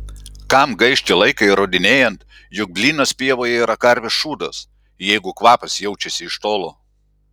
kam gaišti laiką įrodinėjant jog blynas pievoje yra karvės šūdas jeigu kvapas jaučiasi iš tolo